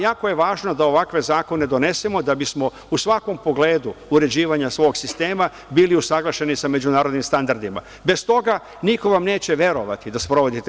Jako je važno da ovakve zakone donesemo, da bismo u svakom pogledu uređivanja svog sistema bili usaglašeni sa međunarodnim standardima, bez toga niko vam neće verovati da sprovodite.